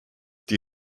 die